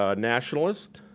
ah nationalist,